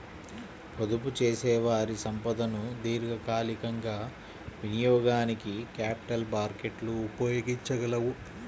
పొదుపుచేసేవారి సంపదను దీర్ఘకాలికంగా వినియోగానికి క్యాపిటల్ మార్కెట్లు ఉపయోగించగలవు